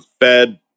fed